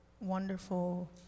wonderful